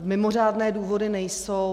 Mimořádné důvody nejsou.